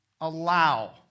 allow